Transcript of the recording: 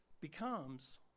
becomes